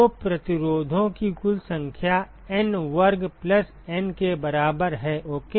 तो प्रतिरोधों की कुल संख्या N वर्ग प्लस N के बराबर है ओके